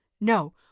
No